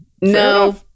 no